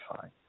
fine